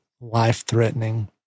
life-threatening